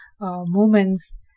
moments